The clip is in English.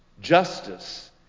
justice